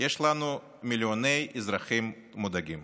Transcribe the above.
יש לנו מיליוני אזרחים מודאגים,